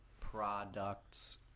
products